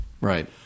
Right